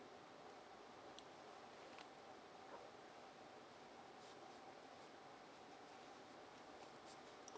uh